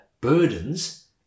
burdens